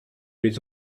les